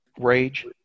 Rage